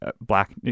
Black